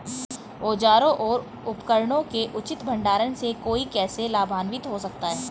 औजारों और उपकरणों के उचित भंडारण से कोई कैसे लाभान्वित हो सकता है?